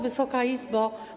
Wysoka Izbo!